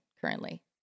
currently